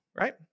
Right